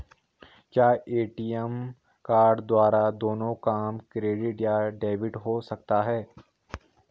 क्या ATM card द्वारा दोनों काम क्रेडिट या डेबिट हो सकता है?